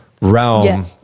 realm